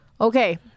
Okay